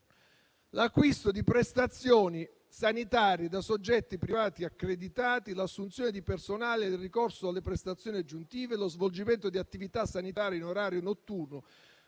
l'acquisto di prestazioni sanitarie da soggetti privati accreditati, l'assunzione di personale per il ricorso alle prestazioni aggiuntive, lo svolgimento di attività sanitaria in orario notturno,